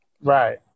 Right